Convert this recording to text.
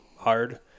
Hard